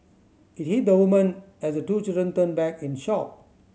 it hit the woman as the two children turned back in shock